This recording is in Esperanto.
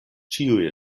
ĉiuj